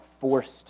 forced